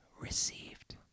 received